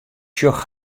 sjoch